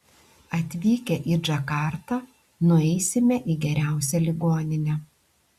atvykę į džakartą nueisime į geriausią ligoninę